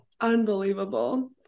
unbelievable